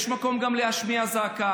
יש גם מקום להשמיע זעקה,